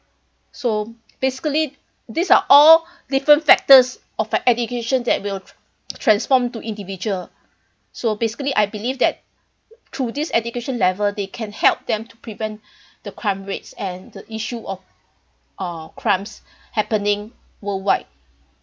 so basically these are all different factors of education that will transform to individual so basically I believe that through this education level they can help them to prevent the crime rates and the issue of uh crimes happening worldwide